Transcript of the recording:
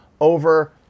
over